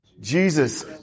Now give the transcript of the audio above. Jesus